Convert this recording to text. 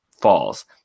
falls